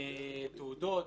תעודות.